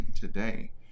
today